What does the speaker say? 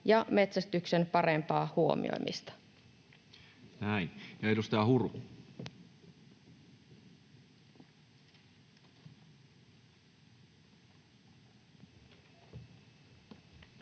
ja metsästyksen parempaa huomioimista.